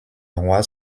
rois